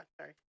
sorry